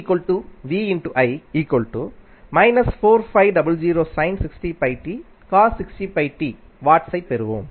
W ஐப் பெறுவோம்